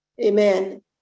Amen